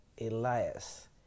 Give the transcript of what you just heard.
Elias